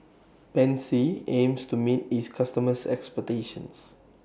Pansy aims to meet its customers' expectations